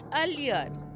earlier